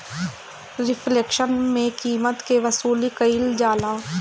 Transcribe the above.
reflection में कीमत के वसूली कईल जाला